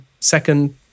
Second